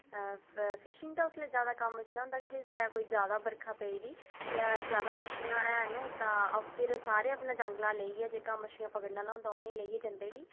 fishing दा उसलै जैदा कम्म उसलै होंदा कि जिसलै जैदा बरखा पेदी जां जैदा मच्छियां होन तां फिर सारे अपने जांगला लेइयै जेह्का मचछियां पकड़ने आह्ला होंदा उसी लेइयै जंदे उठी